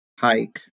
hike